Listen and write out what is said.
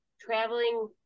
traveling